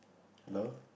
love